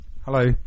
Hello